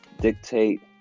dictate